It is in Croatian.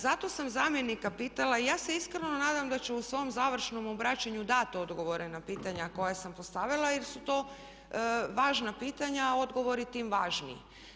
Zato sam zamjenika pitala i ja se iskreno nadam da ću u svom završnom obraćanju dati odgovore na pitanja koja sam postavila jer su to važna pitanja a odgovoriti tim važniji.